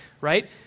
right